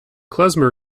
klezmer